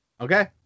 Okay